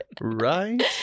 right